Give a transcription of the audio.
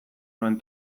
nuen